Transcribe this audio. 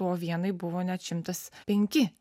o vienai buvo net šimtas penki